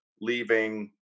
leaving